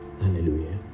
Hallelujah